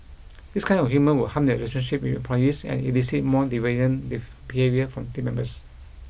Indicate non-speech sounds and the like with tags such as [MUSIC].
this kind of humour will harm their relationship with employees and elicit more deviant [UNINTELLIGIBLE] behaviour from team members